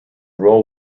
role